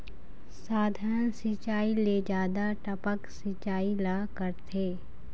साधारण सिचायी ले जादा टपक सिचायी ला करथे